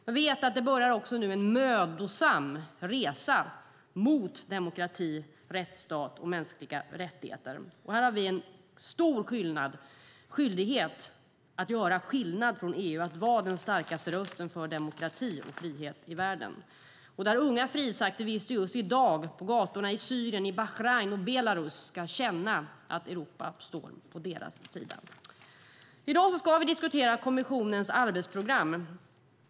Jag vet att det nu också börjar en mödosam resa mot demokrati, rättsstat och mänskliga rättigheter, och här har vi från EU en stor skyldighet att göra skillnad och vara den starkaste rösten för demokrati och frihet i världen. Unga frihetsaktivister just i dag, på gatorna i Syrien, Bahrain och Belarus, ska känna att Europa står på deras sida. I dag ska vi diskutera kommissionens arbetsprogram.